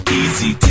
easy